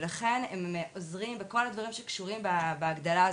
ולכן הם עוזרים בכל הדברים שקשורים בהגדלה הזאתי,